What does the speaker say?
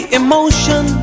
emotion